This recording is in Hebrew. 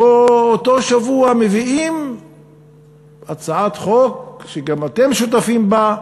באותו שבוע מביאים הצעת חוק, שגם אתם שותפים לה,